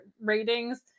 ratings